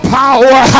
power